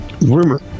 Rumor